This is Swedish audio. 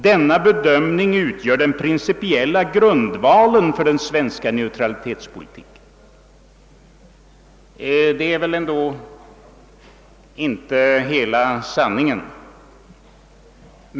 Denna bedömning utgör den principiella grundvalen för den svenska neutralitetspolitiken.» Det kan ändå inte vara hela sanningen.